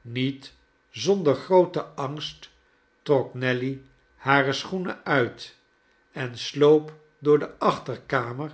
niet zonder grooten angst trok nelly hare schoenen uit en sloop door de achterkamer